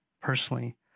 personally